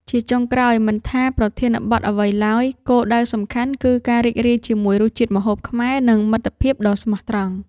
ជាចុងក្រោយ មិនថាប្រធានបទអ្វីឡើយ គោលដៅសំខាន់គឺការរីករាយជាមួយរសជាតិម្ហូបខ្មែរ និងមិត្តភាពដ៏ស្មោះត្រង់។